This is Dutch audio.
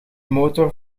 motor